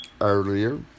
earlier